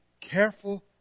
careful